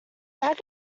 ragged